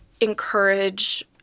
encourage